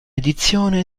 edizione